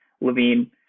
levine